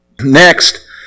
Next